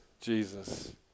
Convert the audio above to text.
Jesus